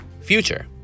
future